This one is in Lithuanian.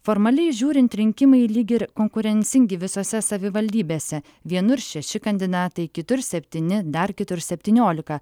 formaliai žiūrint rinkimai lygi ir konkurencingi visose savivaldybėse vienur šeši kandidatai kitur septyni dar kitur septyniolika